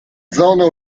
zona